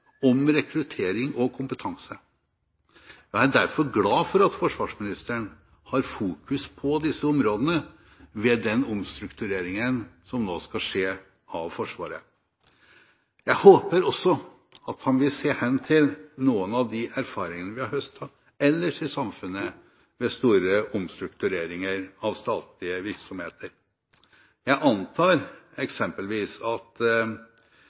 om rekruttering og kompetanse. Jeg er derfor glad for at forsvarsministeren i den omstruktureringen som nå skal skje i Forsvaret, fokuserer på disse områdene. Jeg håper også at han vil se hen til noen av de erfaringene vi har høstet ved store omstruktureringer av statlige virksomheter ellers i samfunnet. Jeg antar eksempelvis at